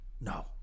No